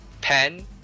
Pen